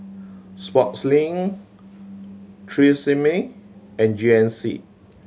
Sportslink Tresemme and G N C